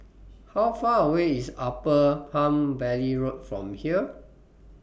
How Far away IS Upper Palm Valley Road from here